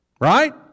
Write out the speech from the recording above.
Right